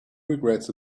regrets